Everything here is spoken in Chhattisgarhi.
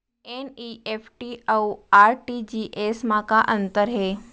एन.ई.एफ.टी अऊ आर.टी.जी.एस मा का अंतर हे?